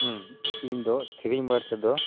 ᱤᱧ ᱫᱚ ᱥᱮᱨᱮᱧ ᱵᱟᱨᱮ ᱛᱮᱫᱚ